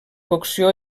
cocció